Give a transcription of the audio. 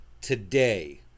today